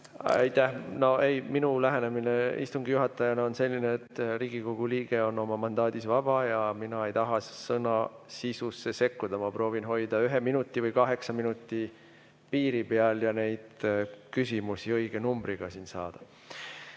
ei, minu lähenemine istungi juhatajana on selline, et Riigikogu liige on oma mandaadis vaba ja mina ei taha sõnade sisusse sekkuda. Ma proovin [sõnavõtte] hoida ühe minuti või kaheksa minuti piiri peal ja nende küsimuste numbreid siin